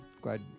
Glad